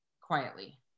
quietly